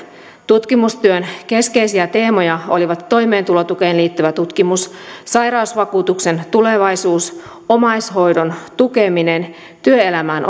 tutkimustyön keskeisiä teemoja olivat toimeentulotukeen liittyvä tutkimus sairausvakuutuksen tulevaisuus omaishoidon tukeminen työelämään